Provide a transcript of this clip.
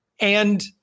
And-